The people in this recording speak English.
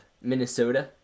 minnesota